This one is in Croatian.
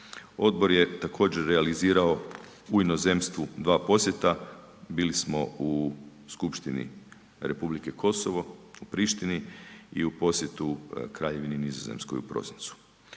Odbor je također realizirao u inozemstvu dva posjeta, bili smo u Skupštini Republike Kosovo, u Prištini i u posjetu Kraljevini Nizozemskoj u prosincu.